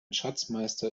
schatzmeister